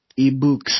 ebooks